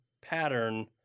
pattern